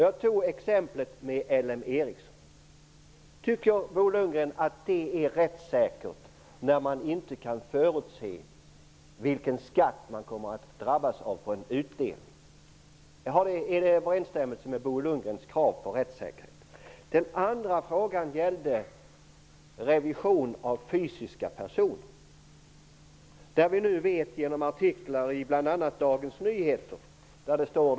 Jag tog exemplet med LM Ericsson. Tycker Bo Lundgren att det är rättssäkert att man inte kan förutse vilken skatt man kommer att drabbas av på en utdelning? Är det i överensstämmelse med Bo Lundgrens krav på rättsäkerhet? Den andra frågan gällde revision av fysiska personer. Vi vet nu genom artiklar i bl.a. Dagens Nyheter hur situationen är.